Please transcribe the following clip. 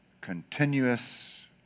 continuous